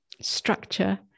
structure